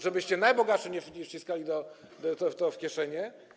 żebyście najbogatszym nie wciskali tego w kieszenie.